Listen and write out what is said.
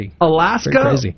Alaska